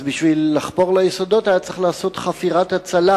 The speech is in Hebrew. אז בשביל לחפור יסודות היה צריך לעשות חפירת הצלה,